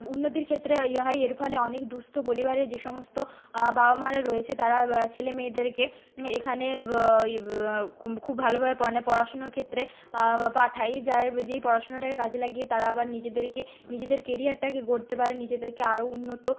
উন্নতির ক্ষেত্রে হয় ইয়ে হয় এর ফলে অনেক দুঃস্থ পরিবারে যে সমস্ত বাবা মারা রয়েছে তারা ছেলে মেয়েদেরকে এখানে খুব ভালোভাবে পড়াশুনোর ক্ষেত্রে পাঠায় এই যার যেই পড়াশোনাটাকে কাজে লাগিয়ে তারা আবার নিজেদেরকে নিজেদের কেরিয়ারটাকে গড়তে পারে নিজেদেরকে আরও উন্নত